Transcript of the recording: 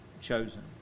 chosen